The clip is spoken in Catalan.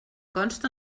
consta